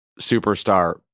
superstar